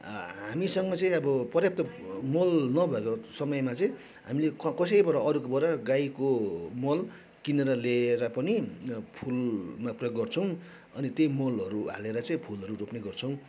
हामीसँग चाहिँ अब प्रयाप्त मल नभएर समयमा चाहिँ हामीले कसैकोबाट अरूबाट गाईको मल किनेर ल्याएर पनि फुलमा प्रयोग गर्छौँ अनि त्यही मलहरू हालेर चाहिँ फुलहरू रोप्ने गर्छौँ